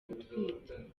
gutwita